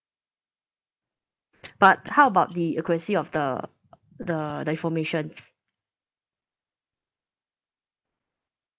but how about the accuracy of the the the information